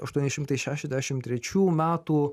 aštuoni šimtai šešiasdešim trečių metų